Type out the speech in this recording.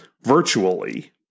virtually